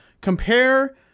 compare